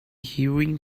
hearing